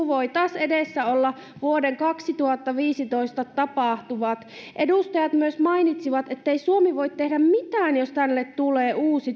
voivat taas edessä olla vuoden kaksituhattaviisitoista tapahtumat edustajat myös mainitsivat ettei suomi voi tehdä mitään jos tänne tulee uusi